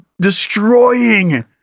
destroying